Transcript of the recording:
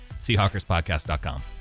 SeahawkersPodcast.com